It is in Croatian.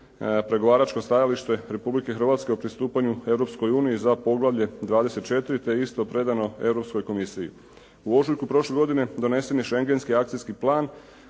pregovaračko stajalište Republike Hrvatske o pristupanju Europskoj uniji za poglavlje 24. te isto predano Europskoj komisiji. U ožujku prošle godine donesen je Schengenski akcijski plan,